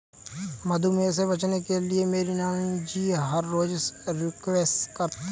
मधुमेह से बचने के लिए मेरे नानाजी हर रोज स्क्वैश खाते हैं